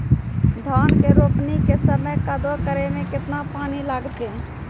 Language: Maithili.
धान के रोपणी के समय कदौ करै मे केतना पानी लागतै?